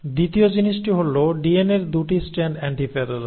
দ্বিতীয় জিনিসটি হল DNA এর 2 টি স্ট্র্যান্ড অ্যান্টিপ্যারালাল